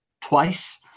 twice